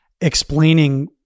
explaining